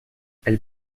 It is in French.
elle